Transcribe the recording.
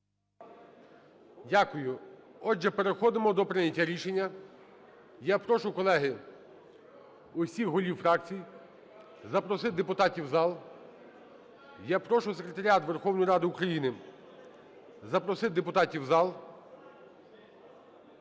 Дякую. Отже, переходимо до прийняття рішення. Я прошу, колеги, всіх голів фракцій запросити депутатів в зал. Я прошу Секретаріат Верховної Ради України запросити депутатів в зал.